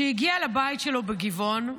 שהגיע לבית שלו בגבעון,